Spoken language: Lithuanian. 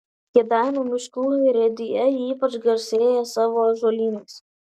kėdainių miškų urėdija ypač garsėja savo ąžuolynais